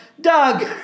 Doug